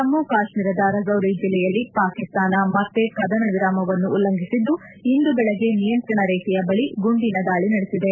ಜಮ್ಮು ಕಾಶ್ಮೀರದ ರಾಜೌರಿ ಜಿಲ್ಲೆಯಲ್ಲಿ ಪಾಕಿಸ್ತಾನ ಮತ್ತೆ ಕದನ ವಿರಾಮವನ್ನು ಉಲ್ಲಂಘಿಸಿದ್ದು ಇಂದು ಬೆಳಗ್ಗೆ ನಿಯಂತ್ರಣ ರೇಖೆಯ ಬಳಿ ಗುಂಡಿನ ದಾಳಿ ನಡೆಸಿದೆ